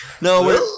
No